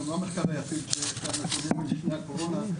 זה לא המחקר היחיד שעשו לפני הקורונה,